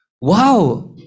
wow